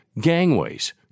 gangways